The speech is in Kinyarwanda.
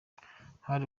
hari